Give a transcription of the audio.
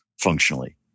functionally